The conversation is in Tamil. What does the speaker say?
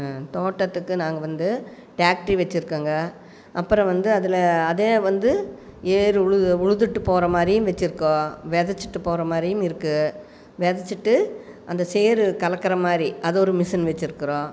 தோட்டத்துக்கு நாங்கள் வந்து டேக்ட்ரி வைச்சிருக்கோங்க அப்புறம் வந்து அதில் அதே வந்து ஏறு உழுது உழுதுட்டு போகிற மாதிரியும் வைச்சிருக்கோம் வெதைச்சிட்டு போகிற மாதிரியும் இருக்கு வெதைச்சிட்டு அந்த சேறு கலக்கிற மாதிரி அது ஒரு மிஷின் வைச்சிருக்குறோம்